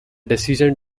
decision